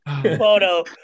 photo